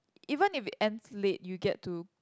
even if it ends late you get to